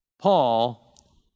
Paul